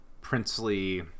princely